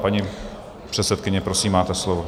Paní předsedkyně, prosím, máte slovo.